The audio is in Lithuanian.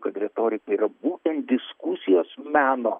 kad retorika yra būtent diskusijos meno